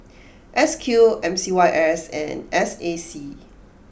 S Q M C Y S and S A C